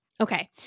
okay